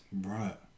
Right